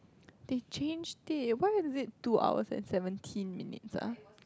they changed it why is it two hours and seventeen minutes ah